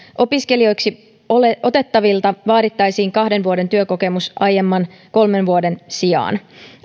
opiskelijoiksi otettavilta vaadittaisiin kahden vuoden työkokemus aiemman kolmen vuoden sijaan